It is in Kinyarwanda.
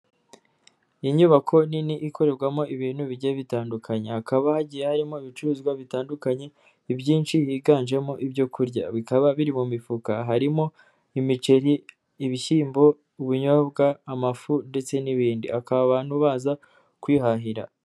Iyi nyubako nini ikorerwamo ibintu bigiye bitandukanye hakaba hagiye harimo ibicuruzwa bitandukanye, ibyinshi higanjemo ibyo kurya bikaba biri mu mifuka harimo; imiceri, ibishyimbo, ubunyobwa, amafu ndetse n'ibindi abantu baza kwihahira.